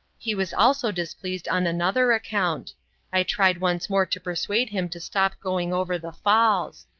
he was also displeased on another account i tried once more to persuade him to stop going over the falls.